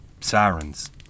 Sirens